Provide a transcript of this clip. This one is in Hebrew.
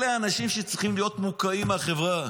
אלה האנשים שצריכים להיות מוקעים מהחברה,